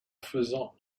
faisant